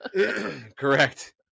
correct